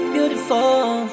Beautiful